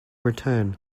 return